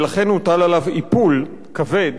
ולכן הוטל עליו איפול כבד,